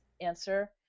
answer